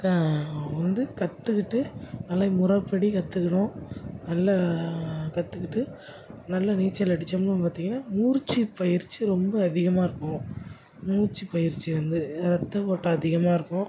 க வந்து கற்றுக்கிட்டு நல்லா முறைப்படி கற்றுக்கணும் நல்லா கற்றுக்கிட்டு நல்லா நீச்சல் அடிச்சோம்னா பார்த்தீங்கன்னா மூச்சு பயிற்சி ரொம்ப அதிகமாக இருக்கும் மூச்சு பயிற்சி வந்து ரத்த ஓட்டம் அதிகமாக இருக்கும்